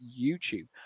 YouTube